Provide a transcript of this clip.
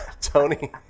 Tony